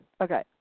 Okay